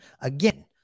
again